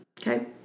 Okay